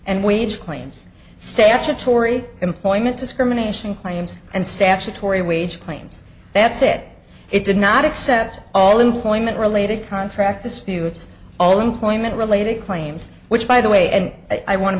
and wage claims stay after tory employment discrimination claims and statutory wage claims that's it it did not accept all employment related contract disputes all employment related claims which by the way and i want to